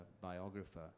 biographer